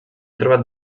trobat